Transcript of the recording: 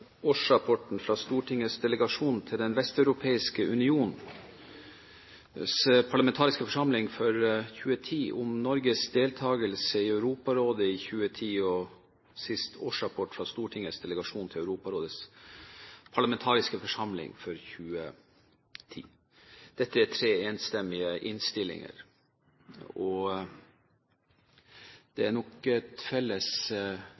årsrapport fra Stortingets delegasjon til Den vesteuropeiske unions parlamentariske forsamling for 2010, om Norges deltakelse i Europarådet i 2010, og, til sist, om årsrapport fra Stortingets delegasjon til Europarådets parlamentariske forsamling for 2010. Dette er tre enstemmige innstillinger. Det er et felles